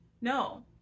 No